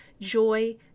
joy